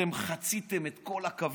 אתם חציתם את כל הקווים.